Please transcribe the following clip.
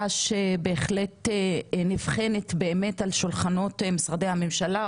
שבהחלט נבחנת באמת על שולחנות משרדי הממשלה,